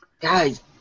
Guys